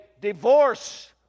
divorce